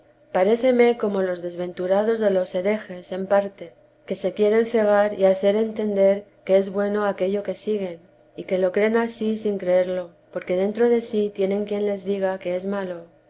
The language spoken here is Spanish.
decir paréceme como los desventurados de los herejes en parte que se quieren cegar y hacer entender que es bueno aquello que siguen y que lo creen ansí sin creerlo porque dentro de sí tienen quien les diga que es malo